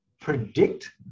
predict